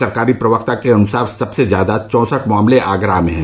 सरकारी प्रवक्ता के अनुसार सबसे ज्यादा चौंसठ मामले आगरा में है